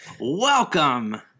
Welcome